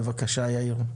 בבקשה, יאיר.